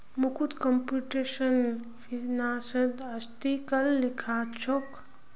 Mukund computational फिनांसत article लिखछोक